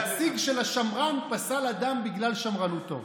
הנציג של השמרן פסל אדם בגלל שמרנותו.